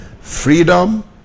Freedom